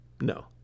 No